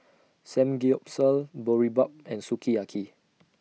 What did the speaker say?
Samgeyopsal Boribap and Sukiyaki